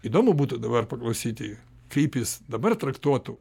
įdomu būtų dabar paklausyti kaip jis dabar traktuotų